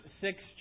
six